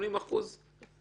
ב-80%